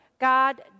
God